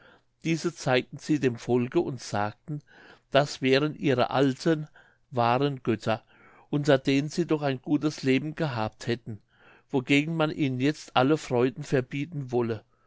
diese zeigten sie dem volke und sagten das wären ihre alten wahren götter unter denen sie doch ein gutes leben gehabt hätten wogegen man ihnen jetzt alle freuden verbieten wolle